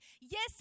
Yes